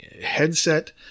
headset